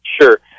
Sure